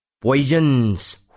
Poisons